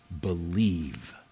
believe